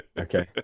Okay